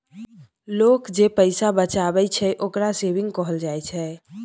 लोक जे पैसा बचाबइ छइ, ओकरा सेविंग कहल जाइ छइ